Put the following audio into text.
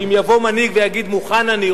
שאם יבוא מנהיג ויגיד: מוכן אני,